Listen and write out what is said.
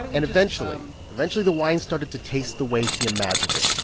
and eventually eventually, the wine started to taste the way he imagined it.